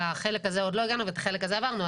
שלחלק הזה עוד לא הגענו ואת החלק הזה עברנו.